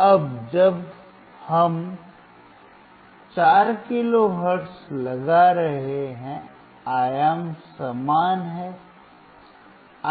अब हम 4 kilo hertz लगा रहे हैं आयाम समान है